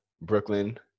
Brooklyn